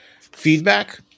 feedback